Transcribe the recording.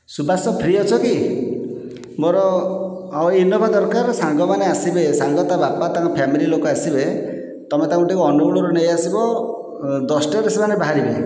ସୁବାଷ free ଅଛ କି ମୋର ଆଉ ଇନୋଭା ଦରକାର ସାଙ୍ଗମାନେ ଆସିବେ ସାଙ୍ଗ ତା ବାପା ତାଙ୍କ ଫ୍ୟାମିଲି ଲୋକ ଆସିବେ ତୁମେ ତାଙ୍କୁ ଟିକେ ଅନୁଗୁଳରୁ ନେଇଆସିବ ଦଶଟାରେ ସେମାନେ ବାହାରିବେ